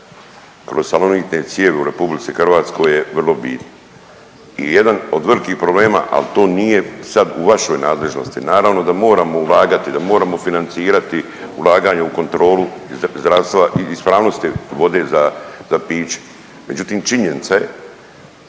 kroz salonitne cijevi u RH je vrlo bitna. I jedan od velikih problema, ali to nije sad u vašoj nadležnosti, naravno da moramo ulagati, da moramo financirati ulaganje u kontrolu zdravstva i ispravnosti vode za piće, međutim, činjenica je